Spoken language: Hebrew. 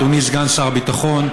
אדוני סגן שר הביטחון,